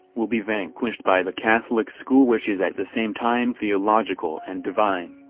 will be vanquished by the catholic school which is at the same time theological and divine.